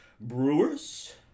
Brewers